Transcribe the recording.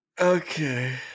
Okay